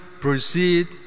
Proceed